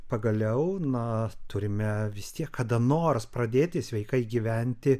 pagaliau na turime vis tiek kada nors pradėti sveikai gyventi